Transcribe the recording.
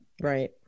Right